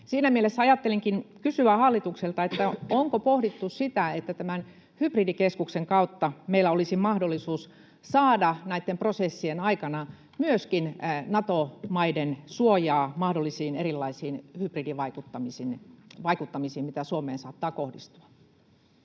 siinä mielessä ajattelinkin kysyä hallitukselta, onko pohdittu sitä, että tämän hybridikeskuksen kautta meillä olisi mahdollisuus saada näitten prosessien aikana myöskin Nato-maiden suojaa mahdollisiin erilaisiin hybridivaikuttamisiin, mitä Suomeen saattaa kohdistua.